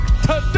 today